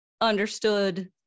understood